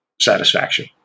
satisfaction